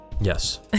Yes